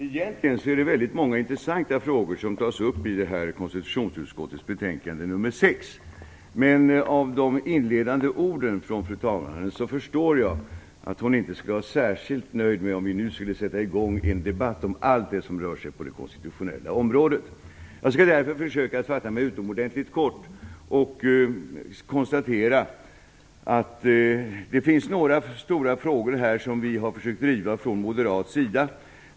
Fru talman! Egentligen är det många intressanta frågor som tas upp i konstitutionsutskottets betänkande nr 6. Men av fru talmannens inledande ord förstår jag att hon inte skulle vara särskilt nöjd om vi nu skulle sätta i gång en debatt om allt det som rör sig på det konstitutionella området. Jag skall därför försöka att fatta mig utomordentligt kort. Jag konstaterar att det här finns några stora frågor som vi har försökt driva från moderat sida.